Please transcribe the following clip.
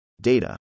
Data